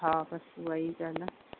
हा बसि उहा ई ॻाल्हि आहे